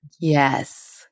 Yes